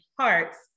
parts